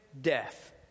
death